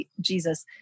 Jesus